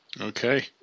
Okay